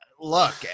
look